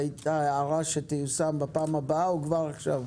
ההערה תיושם בפעם הבאה או כבר הפעם,